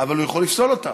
אבל הוא יכול לפסול אותם.